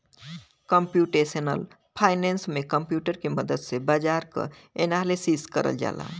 computational finance में computer के मदद से बाजार क एनालिसिस करल जाला